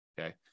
Okay